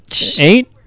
eight